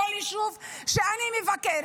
בכל יישוב שאני מבקרת,